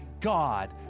God